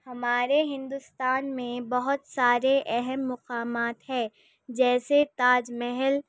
ہمارے ہندوستان میں بہت سارے اہم مقامات ہے جیسے تاج محل